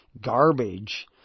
garbage